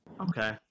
Okay